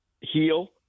heal